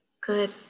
Good